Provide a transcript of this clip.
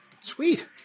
Sweet